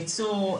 ייצוא,